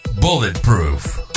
bulletproof